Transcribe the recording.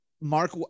Mark